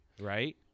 right